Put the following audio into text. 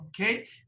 okay